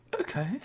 Okay